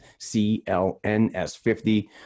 clns50